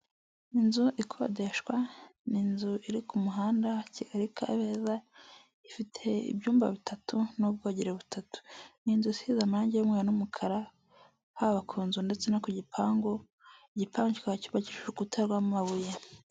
Inzu ikodeshwa ni inzu iri ku muhanda Kigali Kabeza ifite ibyumba bitatu n'ubwogero butatu, ni inzu isize amarange y'umweru n'umukara haba ku nzu ndetse no ku gipangu, igipangu kikaba cyubakije urukuta rw'amabuye.